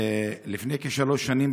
לפני כשלוש שנים,